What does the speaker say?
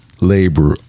labor